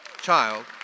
child